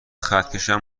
خطکشم